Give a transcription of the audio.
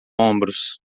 ombros